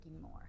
more